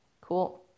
Cool